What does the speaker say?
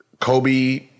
Kobe